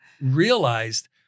realized